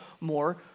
more